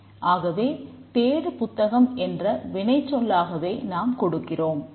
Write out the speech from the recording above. ஆகவே தேடு புத்தகம் என்ற வினைச்சொல்லாகவே நாம் கொடுக்கிறோம்